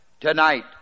tonight